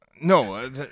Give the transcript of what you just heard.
No